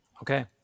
Okay